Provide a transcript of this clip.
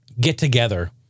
get-together